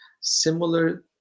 similar